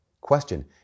Question